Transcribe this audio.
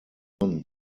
none